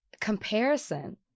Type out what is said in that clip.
comparison